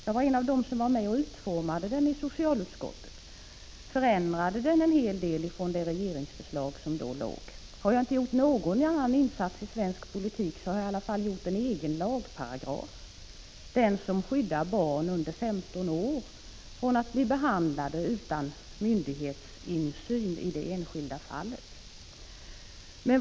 Jag var en av dem som var med och utformade den i socialutskottet och förändrade en hel del i förhållande till det regeringsförslag som då förelåg. Har jag inte gjort någon annan insats i svensk politik, så har jag i alla fall gjort en egen lagparagraf, den som skyddar barn under 15 år från att bli behandlade utan myndighetsi i det enskilda fallet.